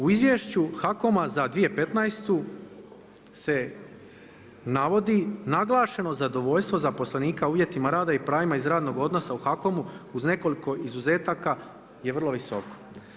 U izvješću HAKOM-a za 2015. se navodi naglašeno zadovoljstvo zaposlenika uvjetima rada i pravima iz radnih odnosa u HAKOM-u uz nekoliko izuzetaka je vrlo visoko.